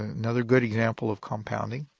another good example of compounding.